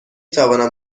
توانم